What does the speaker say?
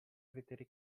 criteri